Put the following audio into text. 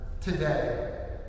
today